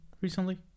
Recently